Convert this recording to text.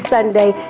Sunday